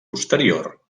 posterior